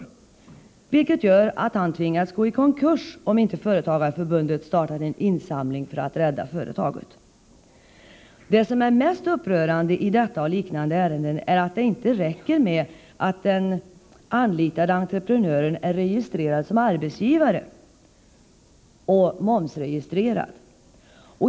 Detta skulle ha gjort att han tvingats gå i konkurs, om inte företagarförbundet startat en insamling för att rädda företaget. Det som är mest upprörande i detta och liknande ärenden är att det inte räcker med att den anlitade entreprenören är registrerad som arbetsgivare och att han är momsregistrerad.